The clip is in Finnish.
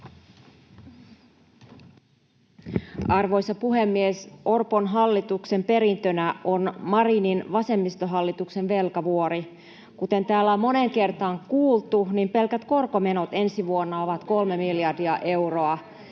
Arvoisa puhemies! Orpon hallituksen perintönä on Marinin vasemmistohallituksen velkavuori. Kuten täällä on moneen kertaan kuultu, pelkät korkomenot ensi vuonna ovat kolme miljardia euroa.